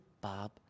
Bob